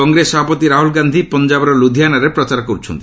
କଂଗ୍ରେସ ସଭାପତି ରାହ୍ରଲ ଗାନ୍ଧି ପଞ୍ଜାବର ଲ୍ରଧିଆନାରେ ପ୍ରଚାର କର୍ରଛନ୍ତି